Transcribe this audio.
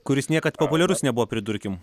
kuris niekad populiarus nebuvo pridurkim